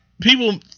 people